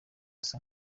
asa